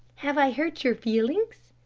have i hurt your feelings?